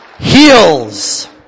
heals